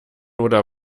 oder